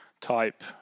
type